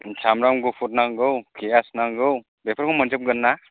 सामब्राम गुफुर नांगौ पियास नांगौ बेफोरखौ मोनजोबगोन ना